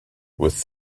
with